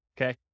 okay